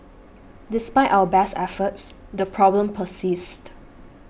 despite our best efforts the problem persists